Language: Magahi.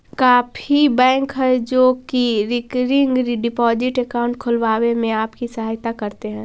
काफी बैंक हैं जो की रिकरिंग डिपॉजिट अकाउंट खुलवाने में आपकी सहायता करते हैं